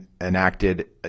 enacted